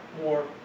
more